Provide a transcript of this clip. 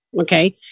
okay